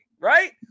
right